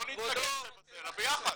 לא להתנגח זה בזה, אלא ביחד.